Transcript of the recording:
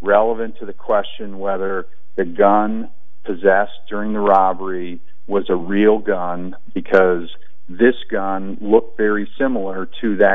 relevant to the question whether the gun possessed during the robbery was a real gun because this gun looks very similar to that